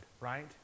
right